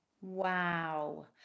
Wow